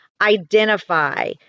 identify